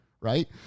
right